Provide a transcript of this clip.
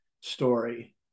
story